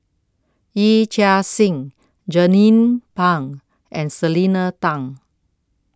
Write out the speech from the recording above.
Yee Chia Hsing Jernnine Pang and Selena Tan